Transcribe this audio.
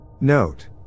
Note